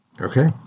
Okay